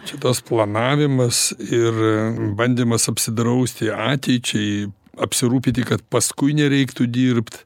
čia tas planavimas ir bandymas apsidrausti ateičiai apsirūpiti kad paskui nereiktų dirbt